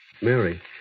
Mary